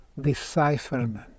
decipherment